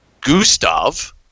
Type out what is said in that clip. Gustav